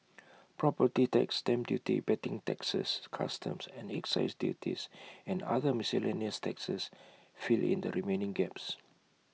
property tax stamp duty betting taxes customs and excise duties and other miscellaneous taxes fill in the remaining gaps